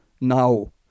now